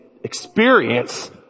experience